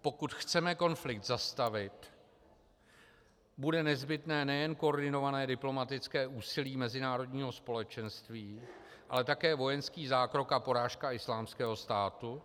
Pokud chceme konflikt zastavit, bude nezbytné nejen koordinované diplomatické úsilí mezinárodního společenství, ale také vojenský zákrok a porážka Islámského státu.